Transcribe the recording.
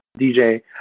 DJ